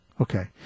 Okay